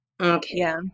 Okay